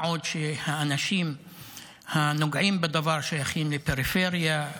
מה עוד שהאנשים הנוגעים בדבר שייכים לפריפריה,